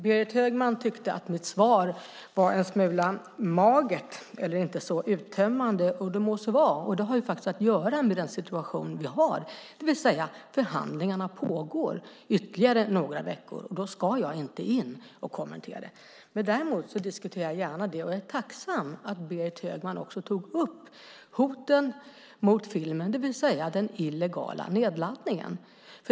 Berit Högman tyckte att mitt svar var en smula magert och inte så uttömmande. Må så vara! Det har att göra med den situation vi har. Förhandlingarna pågår ytterligare några veckor. Då ska jag inte in och kommentera det. Däremot diskuterar jag gärna det och är tacksam för att Berit Högman tog upp hoten mot filmen, det vill säga den illegala nedladdningen.